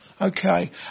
Okay